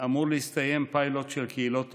אמור להסתיים פיילוט של קהילות תומכות,